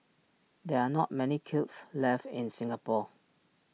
there are not many kilns left in Singapore